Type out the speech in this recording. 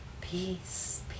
peace